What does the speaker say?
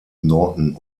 norton